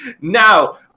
Now